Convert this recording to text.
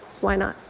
why not.